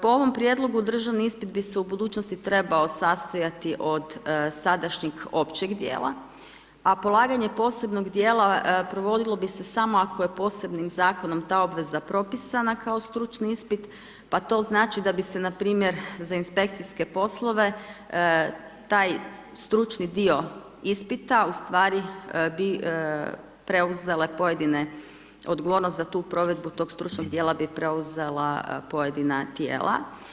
Po ovom prijedlogu državni ispit bi se u budućnosti trebao sastajati od sadašnjih općih dijela, a polaganje posebnog dijela provodilo bi se samo ako je posebnim zakonom ta obveza propisana kao stručni ispit, pa to znači da bi se npr. za inspekcijske poslove, taj stručni dio ispita, ustvari bi preuzele pojedine odgovornosti za tu provedbu stručnog dijela, bi preuzela pojedina tijela.